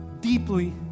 deeply